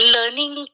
Learning